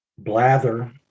blather